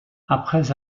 après